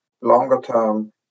longer-term